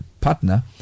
partner